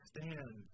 Stand